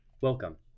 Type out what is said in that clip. Welcome